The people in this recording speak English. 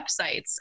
websites